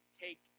take